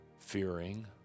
fearing